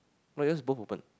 but yours both open